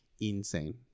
Insane